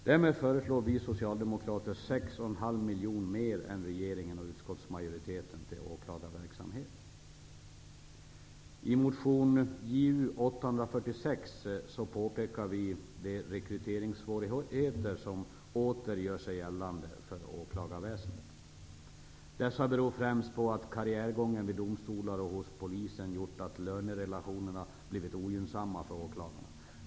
Därmed föreslår vi Socialdemokrater 6,5 miljoner mer än regeringen och utskottsmajoriteten till åklagarverksamheten. I motion JU846 påpekar vi de rekryteringssvårigheter som åter gör sig gällande för åklagarväsendet. Dessa beror främst på att karriärgången vid domstolar och hos polisen gjort att lönerelationerna blivit ogynnsamma för åklagarna.